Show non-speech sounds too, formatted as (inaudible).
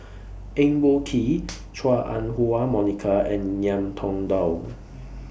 Eng Boh Kee (noise) Chua Ah Huwa Monica and Ngiam Tong Dow